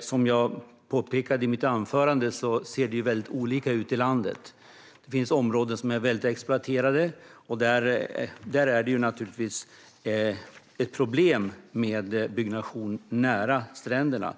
Som jag påpekade i mitt anförande ser det väldigt olika ut i landet. Det finns områden som är väldigt exploaterade, och där är det naturligtvis ett problem med byggnation nära stränderna.